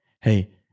Hey